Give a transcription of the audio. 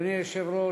אדוני היושב-ראש,